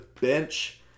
bench